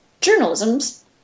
journalism's